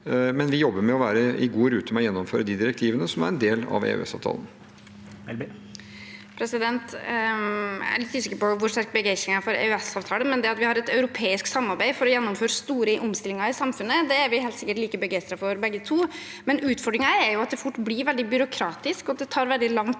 men vi jobber med å være godt i rute med å gjennomføre de direktivene som er en del av EØS-avtalen. Guri Melby (V) Jeg er litt usikker på hvor sterk begeistring jeg har for EØS-avtalen, men det at vi har et europeisk samarbeid for å gjennomføre store omstillinger i samfunnet, er vi helt sikkert like begeistret for begge to. Utfordringen er at det fort blir veldig byråkratisk, og at det tar veldig lang